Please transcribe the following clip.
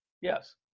yes